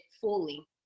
fully